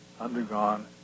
undergone